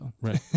right